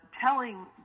telling